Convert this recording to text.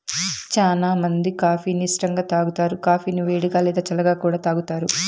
చానా మంది కాఫీ ని ఇష్టంగా తాగుతారు, కాఫీని వేడిగా, లేదా చల్లగా కూడా తాగుతారు